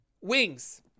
Wings